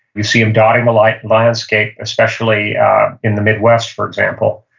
we see them dotting the like landscape, especially in the midwest, for example.